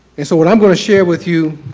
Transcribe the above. and so what i'm going to share with you